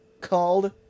called